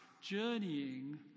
journeying